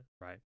right